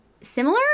similar